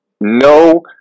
no